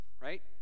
right